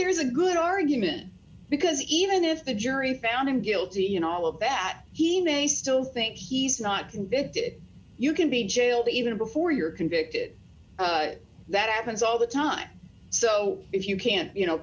there is a good argument because even if the jury found him guilty in all of that he may still think he's not convicted you can be jailed even before you're convicted that happens all the time so if you can't you know